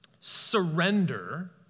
surrender